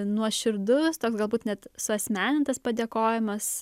nuoširdus toks galbūt net suasmenintas padėkojimas